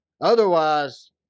Otherwise